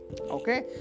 okay